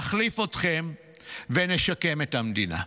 נחליף אתכם ונשקם את המדינה.